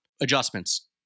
Adjustments